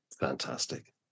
Fantastic